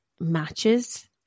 matches